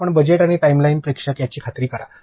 तर आपण ते बजेट टाइमलाइन प्रेक्षक याची खात्री करा